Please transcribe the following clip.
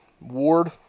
Ward